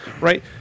right